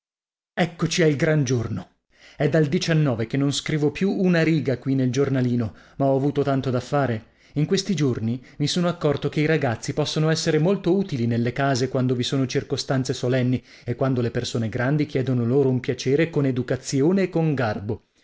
eccoci al gran giorno è dal che non scrivo più una riga qui nel giornalino ma ho avuto tanto da fare in questi giorni mi sono accorto che i ragazzi possono essere molto utili nelle case quando vi sono circostanze solenni e quando le persone grandi chiedono loro un piacere con educazione e con garbo